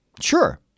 Sure